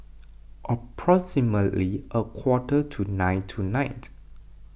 approximately a quarter to nine tonight